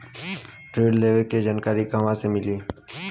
ऋण लेवे के जानकारी कहवा से मिली?